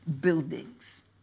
buildings